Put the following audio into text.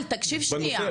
תקשיב שניה,